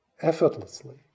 effortlessly